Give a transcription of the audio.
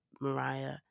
Mariah